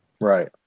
Right